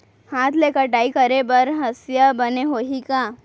हाथ ले कटाई करे बर हसिया बने होही का?